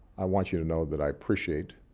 i want you to know that i appreciate